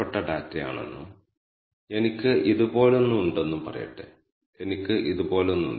സംഖ്യാ വേരിയബിളുകളുടെ five point summary നൽകുന്ന സമ്മറി എന്ന മറ്റൊരു കമാൻഡ് ഉണ്ട്